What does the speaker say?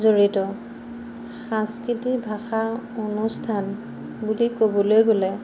জড়িত সাংস্কৃতিক ভাষা অনুষ্ঠান বুলি ক'বলৈ গ'লে